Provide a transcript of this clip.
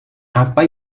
apa